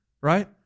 right